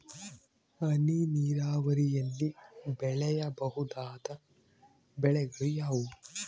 ಹನಿ ನೇರಾವರಿಯಲ್ಲಿ ಬೆಳೆಯಬಹುದಾದ ಬೆಳೆಗಳು ಯಾವುವು?